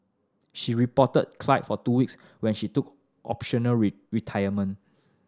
she reportedly cried for two weeks when she took optional retirement